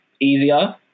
easier